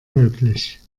möglich